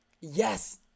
Yes